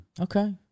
Okay